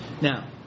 now